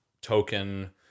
token